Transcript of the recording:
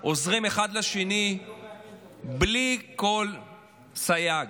עוזרים אחד לשני בלי כל סייג.